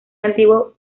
antiguo